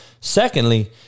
Secondly